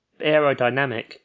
aerodynamic